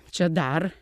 čia dar